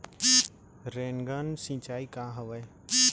Rain gun सिंचाई का हवय?